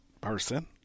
person